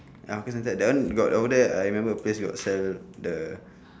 ya hawker centre that one got over there I remember that place got sell the